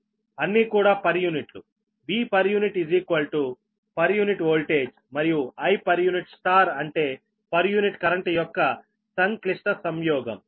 అన్నీ కూడా పర్ యూనిట్లు Vpu పర్ యూనిట్ వోల్టేజ్ మరియు Ipuఅంటే పర్ యూనిట్ కరెంట్ యొక్క సంక్లిష్ట సంయోగం